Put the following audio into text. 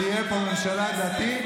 שתהיה פה ממשלה דתית,